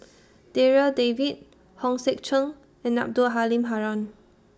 Darryl David Hong Sek Chern and Abdul Halim Haron